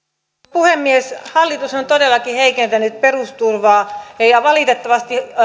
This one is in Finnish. puhemies hallitus on todellakin heikentänyt perusturvaa ja valitettavasti